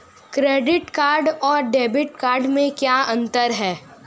Credit card और debit card में क्या अंतर है?